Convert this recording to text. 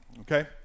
okay